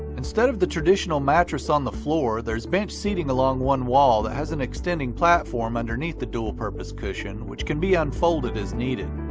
instead of the traditional mattress on the floor, there's bench seating along one wall that has an extending platform underneath the dual-purpose cushion, which can be unfolded as needed.